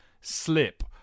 slip